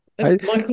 Michael